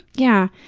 yeah.